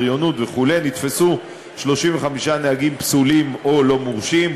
בריונות וכו'; נתפסו 35 נהגים פסולים או לא מורשים,